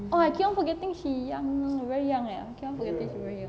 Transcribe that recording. oh I keep on forgetting she young very young eh cannot forget she very young